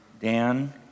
Dan